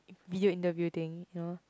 video interview thing no